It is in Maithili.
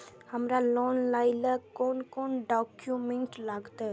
हमरा लोन लाइले कोन कोन डॉक्यूमेंट लागत?